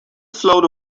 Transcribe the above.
float